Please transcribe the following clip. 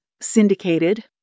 syndicated